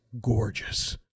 gorgeous